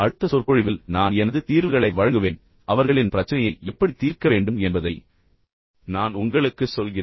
அடுத்த சொற்பொழிவில் நான் எனது தீர்வுகளை வழங்குவேன் அவர்களின் பிரச்சனையை எப்படி தீர்க்க வேண்டும் என்பதை நான் உங்களுக்கு சொல்கிறேன்